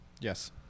Yes